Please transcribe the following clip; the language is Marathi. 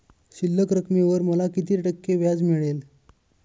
शिल्लक रकमेवर मला किती टक्के व्याज मिळेल?